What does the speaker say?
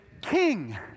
King